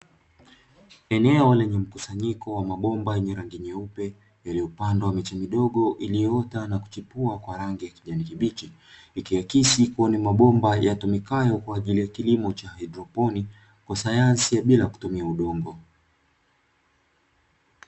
Eneo lenye mkusanyiko wa mabomba yenye rangi nyeupe yaliyopandwa miche midogo iliyoota na kuchipua kwa rangi ya kijani kibichi, ikiakisi kuwa ni mabomba yatumikayo kwa ajili ya kilimo cha haidroponi kwa sayansi ya bila kutumia udongo.